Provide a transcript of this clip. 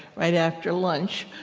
right after lunch.